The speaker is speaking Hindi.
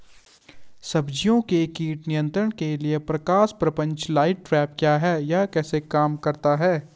सब्जियों के कीट नियंत्रण के लिए प्रकाश प्रपंच लाइट ट्रैप क्या है यह कैसे काम करता है?